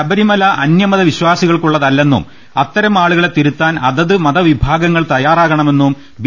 ശബരിമല അന്യമത വിശ്വാ സികൾക്കുള്ളതല്ലെന്നും അത്തരം ആളുകളെ തിരുത്താൻ അതത് മതവിഭാഗങ്ങൾ തയ്യാറാകണമെന്നും ബി